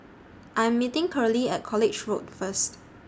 I Am meeting Curley At College Road First